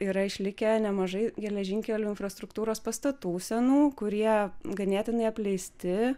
yra išlikę nemažai geležinkelių infrastruktūros pastatų senų kurie ganėtinai apleisti